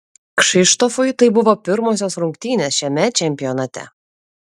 kšištofui tai buvo pirmosios rungtynės šiame čempionate